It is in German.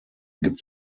gibt